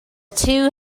two